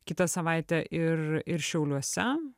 kitą savaitę ir ir šiauliuose